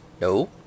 No